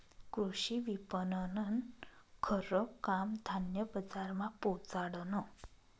कृषी विपणननं खरं काम धान्य बजारमा पोचाडनं